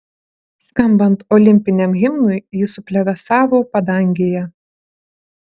skambant olimpiniam himnui ji suplevėsavo padangėje